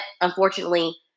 unfortunately